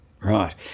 Right